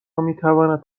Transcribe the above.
میتواند